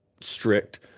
strict